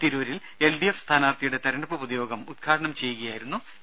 തിരൂരിൽ എൽഡിഎഫ് സ്ഥാനാർത്ഥിയുടെ തെരഞ്ഞെടുപ്പ് പൊതുയോഗം ഉദ്ഘാടനം ചെയ്യുകയായിരുന്നു അദ്ദേഹം